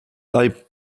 are